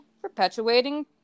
perpetuating